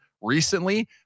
recently